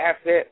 asset